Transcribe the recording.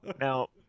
Now